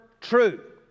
true